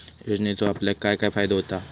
योजनेचो आपल्याक काय काय फायदो होता?